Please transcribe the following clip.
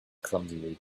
clumsily